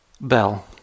Bell